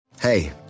Hey